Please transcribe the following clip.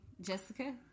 Jessica